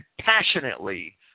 passionately